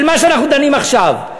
של מה שאנחנו דנים בו עכשיו.